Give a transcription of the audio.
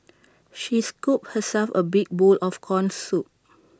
she scooped herself A big bowl of Corn Soup